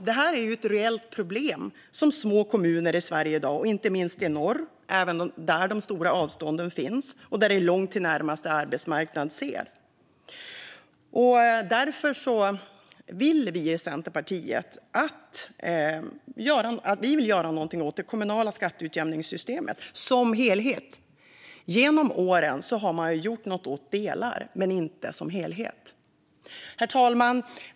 Detta är ett reellt problem som små kommuner i Sverige i dag ser, inte minst i norr där de stora avstånden finns och där det är långt till närmaste arbetsmarknad. Därför vill vi i Centerpartiet göra någonting åt det kommunala skatteutjämningssystemet som helhet. Genom åren har man gjort något åt delar men inte helheten. Herr talman!